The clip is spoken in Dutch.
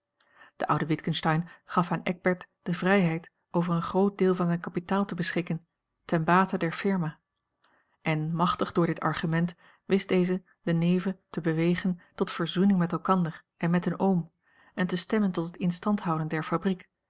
de oude witgensteyn gaf aan eckbert de vrijheid over een groot deel van zijn kapitaal te beschikken ten bate der firma en machtig door dit argument wist deze de neven te bewegen tot verzoening met elkander en met hun oom en te stemmen tot het instandhouden der fabriek